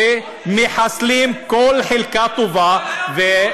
שמחסלים כל חלקה טובה.